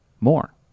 more